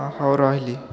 ହଁ ହେଉ ରହିଲି